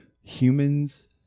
Humans